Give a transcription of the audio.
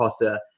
potter